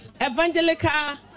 Evangelica